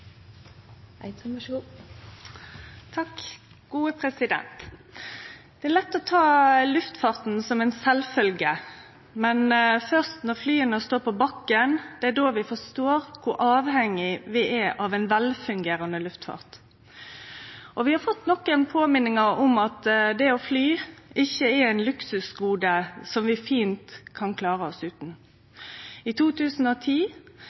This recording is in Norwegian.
Men først når flya står på bakken, forstår vi kor avhengige vi er av ein velfungerande luftfart. Vi har fått nokre påminningar om at det å fly ikkje er eit luksusgode som vi fint kan klare oss utan. I 2010